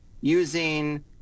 using